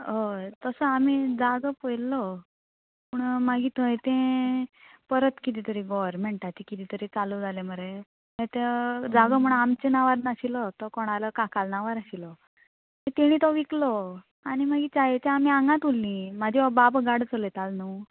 हय तसो आमी जागो पयल्लो पूण मागीर थंय तें परत किदें तरी गोवोरमेंटाचें किदें तरी चालू जालें मरे मागीर तो जागो म्हणो आमच्या नांवार नाशिल्लो तो कोणालो काकाल्या नांवार आशिल्लो तेणी तो विकलो आनी मागीर चायेचें आमी हांगांत उरली म्हाजी बाबा हो गाडो चलयतालो न्हू